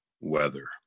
weather